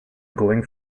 going